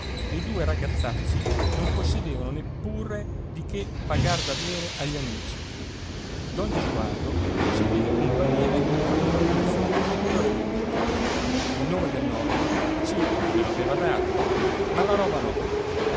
e i due ragazzacci non possedevano neppure di che pagar da bere agli amici don gesualdo si vide comparire a quell'ora nunzio il più ardito il nome del nonno sì glielo aveva dato ma la roba no